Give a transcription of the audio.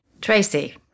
Tracy